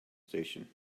station